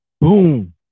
boom